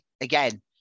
again